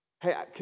Hey